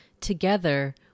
Together